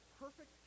perfect